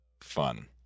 Fun